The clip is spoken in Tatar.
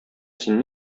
син